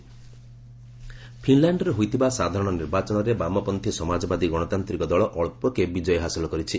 Finland poll ଫିନ୍ଲାଣ୍ଡରେ ହୋଇଥିବା ସାଧାରଣ ନିର୍ବାଚନରେ ବାମପନ୍ତ୍ରୀ ସମାଜବାଦୀ ଗଣତାନ୍ତିକ ଦଳ ଅଳ୍ପକେ ବିଜୟ ହାସଲ କରିଛି